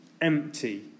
empty